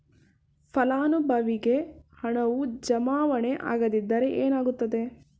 ಫಲಾನುಭವಿಗೆ ಹಣವು ಜಮಾವಣೆ ಆಗದಿದ್ದರೆ ಏನಾಗುತ್ತದೆ?